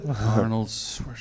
Arnold's